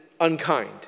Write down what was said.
unkind